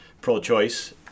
pro-choice